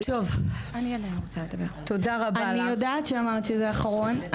אני יודעת שאמרת שזה אחרון,